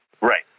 Right